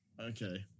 Okay